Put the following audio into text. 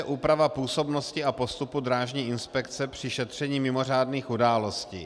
Úprava působnosti a postupu drážní inspekce při šetření mimořádných událostí.